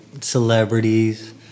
Celebrities